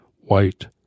white